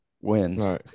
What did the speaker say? wins